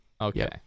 Okay